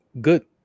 good